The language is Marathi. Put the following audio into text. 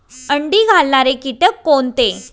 अंडी घालणारे किटक कोणते?